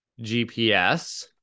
GPS